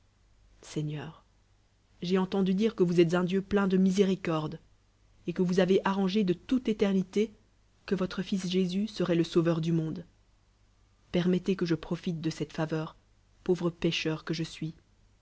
seigneur j'ai entendu dire que vous êtes un di u plein de miséricorde et ql c voua wcz ai rangé de toute étell nité que votre fils jésus se le sauveur du monde fermettez que il'profite de cette faveur pauve p cheur que je suis